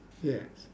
yes